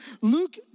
Luke